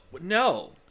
no